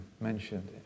mentioned